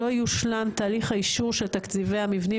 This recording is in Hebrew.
לא יושלם תהליך האישור של תקציבי המבנים